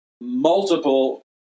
multiple